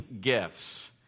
gifts